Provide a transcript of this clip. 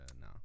No